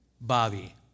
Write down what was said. Bobby